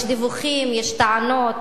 יש דיווחים, יש טענות,